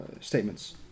statements